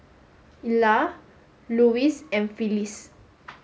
Ila Louis and Phyllis